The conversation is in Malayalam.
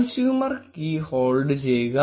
കൺസ്യൂമർ കീ ഹോൾഡ് ചെയ്യുക